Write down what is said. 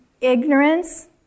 ignorance